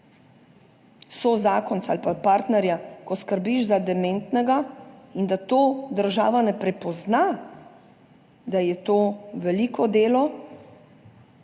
zakonca ali pa partnerja, ko skrbiš za dementnega, in da tega država ne prepozna, da je to veliko delo,